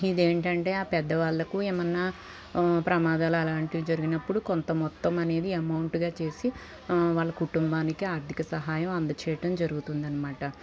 ఇదేంటంటే ఆ పెద్ద వాళ్ళకు ఏమన్నా ప్రమాదాలు అలాంటివి జరిగినప్పుడు కొంత మొత్తం అనేది అమౌంట్గా చేసి వాళ్ళ కుటుంబానికి ఆర్థిక సహాయం అందజేయడం జరుగుతుందనమాట